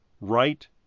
right